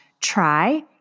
try